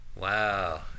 Wow